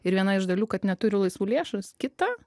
ir viena iš dalių kad neturi laisvų lėšų kita